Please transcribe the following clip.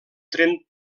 tren